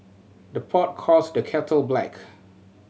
the pot calls the kettle black